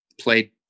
Played